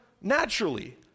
naturally